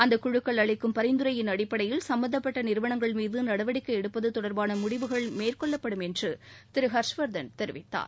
அந்த குழுக்கள் அளிக்கும் பரிந்துரையின்அடிப்படையில் சும்பந்தப்ட்ட நிறுவனங்கள் மீது நடவடிக்கை எடுப்பது தொடர்பான முடிவுகள் மேற்கொள்ளப்படும் என்று திரு ஹர்ஷவர்தன் தெரிவித்தார்